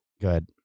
good